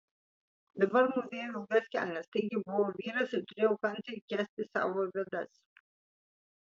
dabar mūvėjau ilgas kelnes taigi buvau vyras ir turėjau kantriai kęsti savo bėdas